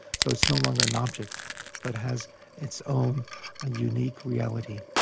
so it's no longer an object but has its own and unique reality.